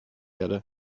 erde